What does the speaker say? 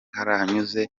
karahanyuze